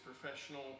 professional